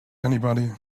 anybody